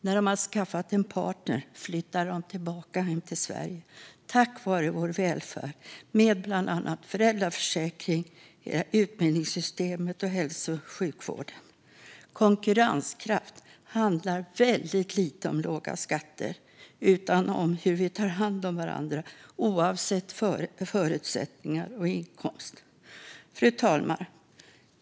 När de skaffat en partner flyttar de tillbaka hem till Sverige tack vare vår välfärd med bland annat föräldraförsäkring, utbildningssystemet och hälso och sjukvården. Konkurrenskraft handlar väldigt lite om låga skatter utan mer om hur vi tar hand om varandra oavsett förutsättningar och inkomst. Fru talman!